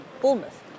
bournemouth